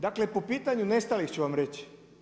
Dakle, po pitanju nestalih ću vam reći.